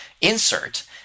insert